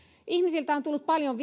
ihmisiltä on tullut paljon